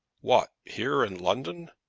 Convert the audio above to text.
what here, in london?